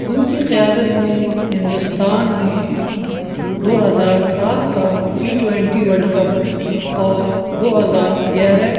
ان کی قیادت میں ہندوستان نے دو ہزار سات کا ٹی ٹوینٹی ورلڈ کپ اور دو ہزار گیارہ